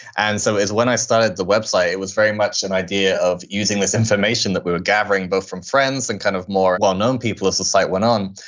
and so is when i started the website, it was very much an idea of using this information that we're gathering both from friends and kind of well known people as the site went on,